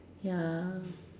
ya